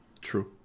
true